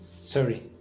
Sorry